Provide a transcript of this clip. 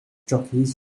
jockeys